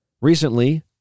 Recently